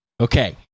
Okay